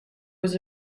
was